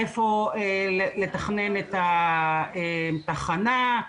איפה לתכנן את התחנה,